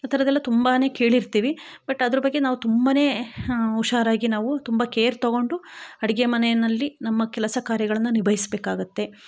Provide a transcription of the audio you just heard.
ಈ ಥರದ್ದೆಲ್ಲ ತುಂಬನೇ ಕೇಳಿರ್ತೇವೆ ಬಟ್ ಅದ್ರ ಬಗ್ಗೆ ನಾವು ತುಂಬನೇ ಹುಷಾರಾಗಿ ನಾವು ತುಂಬ ಕೇರ್ ತೊಗೊಂಡು ಅಡುಗೆ ಮನೆಯಲ್ಲಿ ನಮ್ಮ ಕೆಲಸ ಕಾರ್ಯಗಳನ್ನು ನಿಭಾಯಿಸ್ಬೇಕಾಗುತ್ತೆ